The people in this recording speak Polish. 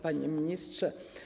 Panie Ministrze!